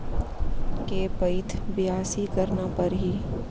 के पइत बियासी करना परहि?